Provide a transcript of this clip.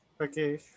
Okay